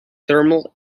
thermal